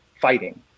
fighting